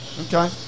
Okay